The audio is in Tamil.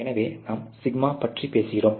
எனவே நாம் σ பற்றி பேசுகிறோம்